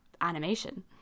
animation